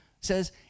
says